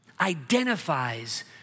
identifies